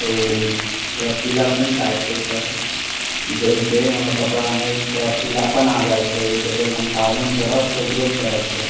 ओ थोड़ा पीलापन टाइपके छै जाहि से हमर कपड़ामे थोड़ा पीलापन आबि जाइत छै एहिके लेल हम साबुन सरफके उपयोग करैत छियै